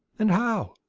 and how.